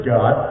God